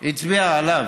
הצביע עליו.